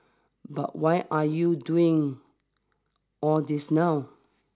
but why are you doing all this now